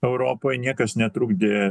europoj niekas netrukdė